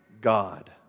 God